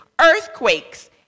earthquakes